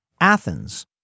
Athens